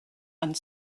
and